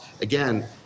again